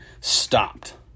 stopped